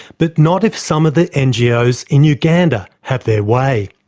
but not if some of the ngos in uganda have their way.